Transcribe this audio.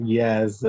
yes